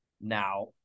now